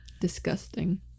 Disgusting